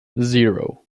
zero